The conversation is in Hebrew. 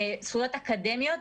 זכויות אקדמיות,